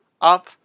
up